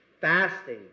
fasting